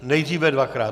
Nejdříve dvakrát.